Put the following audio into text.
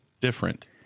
different